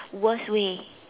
worst way